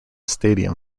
stadium